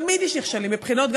תמיד יש נכשלים בבחינות.